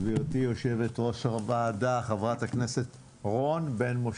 גבירתי יו"ר הוועדה ח"כ רון בן משה.